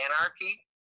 anarchy